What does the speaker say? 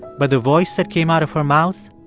but the voice that came out of her mouth,